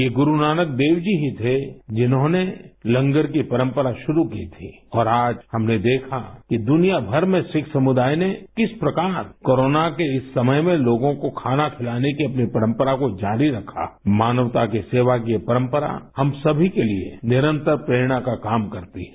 ये गुरु नानक देव जी ही थे जिन्होंने लंगर की परंपरा शुरू की थी और आज हमने देखा कि दुनिया भर में सिख समुदाय ने किस प्रकार कोरोना के इस समय में लोगों को खाना खिलाने की अपनी परंपरा को जारी रखा है मानवता की सेवा की ये परंपरा हम सभी के लिए निरंतर प्रेरणा का काम करती है